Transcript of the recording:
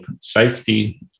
safety